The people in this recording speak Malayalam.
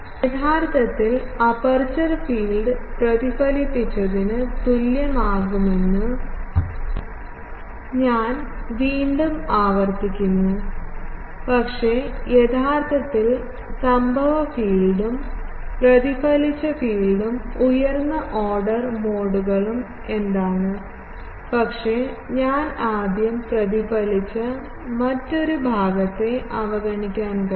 യഥാർത്ഥത്തിൽ അപ്പർച്ചർ ഫീൽഡ് പ്രതിഫലിപ്പിച്ചതിന് തുല്യമാകുമെന്ന് ഞാൻ വീണ്ടും ആവർത്തിക്കുന്നു പക്ഷേ യഥാർത്ഥത്തിൽ സംഭവ ഫീൽഡും പ്രതിഫലിച്ച ഫീൽഡും ഉയർന്ന ഓർഡർ മോഡുകളും എന്താണ് പക്ഷെ ഞാൻ ആദ്യo പ്രതിഫലിച്ച മറ്റൊരു ഭാഗത്തെ അവഗണിക്കാൻ കഴിയും